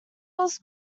was